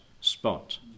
spot